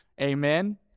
Amen